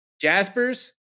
Jaspers